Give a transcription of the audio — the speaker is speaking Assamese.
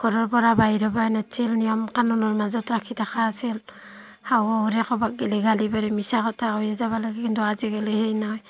ঘৰৰ পৰা বাহিৰ হ'বই নিদিছিল নিয়ম কানুনৰ মাজত ৰাখি থকা আছিল শাহু শহুৰে ক'ৰবাত গলে গালি পাৰেই মিছা কথা কৈ যাব লাগে কিন্তু আজিকালি সেই নাই